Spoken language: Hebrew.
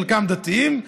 חלקם דתיים,